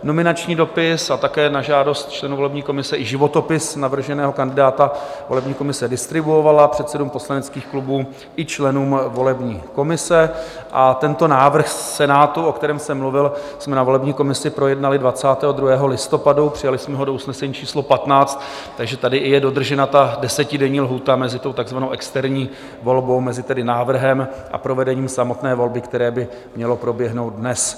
Nominační dopis a také na žádost členů volební komise i životopis navrženého kandidáta volební komise distribuovala předsedům poslaneckých klubů i členům volební komise a tento návrh Senátu, o kterém jsem mluvil, jsme na volební komisi projednali 22. listopadu, přijali jsme ho do usnesení číslo 15, takže i tady je dodržena desetidenní lhůta mezi tou takzvanou externí volbou, tedy mezi návrhem a provedením samotné volby, které by mělo proběhnout dnes.